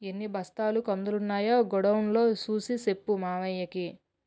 ఎన్ని బస్తాల కందులున్నాయో గొడౌన్ లో సూసి సెప్పు మావయ్యకి